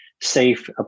safe